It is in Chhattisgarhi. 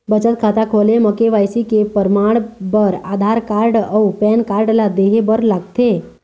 बचत खाता खोले म के.वाइ.सी के परमाण बर आधार कार्ड अउ पैन कार्ड ला देहे बर लागथे